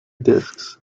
disks